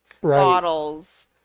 bottles